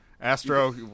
Astro